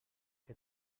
què